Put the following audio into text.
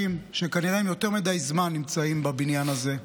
שכנראה נמצאים יותר מדי זמן בבניין הזה,